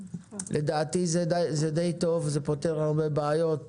לדעתי זה די טוב, זה פותר הרבה בעיות.